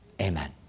Amen